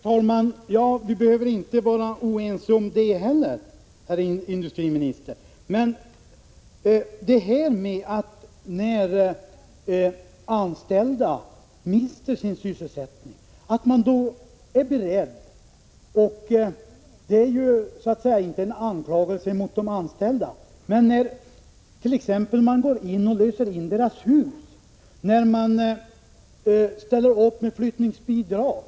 Fru talman! Vi behöver inte heller vara oense om detta, herr industriminister. Vad jag är emot är detta med att man när anställda mister sin sysselsättning är beredd att — och det är så att säga inte en anklagelse mot de anställda — t.ex. gå in och lösa in deras hus och ställa upp med flyttningsbidrag.